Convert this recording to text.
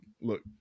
look